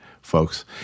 folks